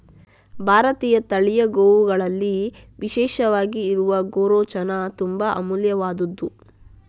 ಭಾರತೀಯ ತಳಿಯ ಗೋವುಗಳಲ್ಲಿ ವಿಶೇಷವಾಗಿ ಇರುವ ಗೋರೋಚನ ತುಂಬಾ ಅಮೂಲ್ಯವಾದ್ದು